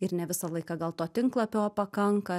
ir ne visą laiką gal to tinklapio pakanka